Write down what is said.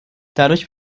dadurch